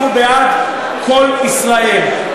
אנחנו בעד "קול ישראל",